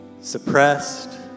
suppressed